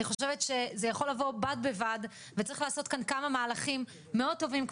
אני חושבת שזה יכול לבוא בד בבד וצריך לעשות כאן כמה מהלכים מאוד טובים,